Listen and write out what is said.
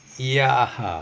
ya